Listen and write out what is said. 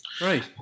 Right